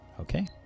Okay